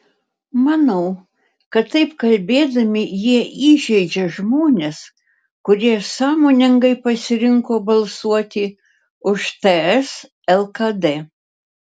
manau kad taip kalbėdami jie įžeidžia žmones kurie sąmoningai pasirinko balsuoti už ts lkd